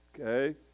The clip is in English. okay